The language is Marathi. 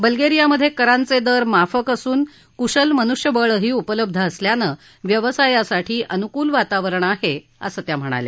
बल्गेरियामधे करांचे दर माफक असून कुशल मनुष्यबळ उपलब्ध असल्यानं व्यवसायासाठी अनुकूल वातावरण आहे असं त्या म्हणाल्या